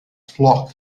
flock